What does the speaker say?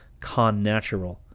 connatural